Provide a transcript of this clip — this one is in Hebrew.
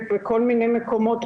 בכל מיני מקומות,